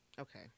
okay